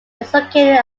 located